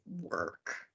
work